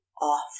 off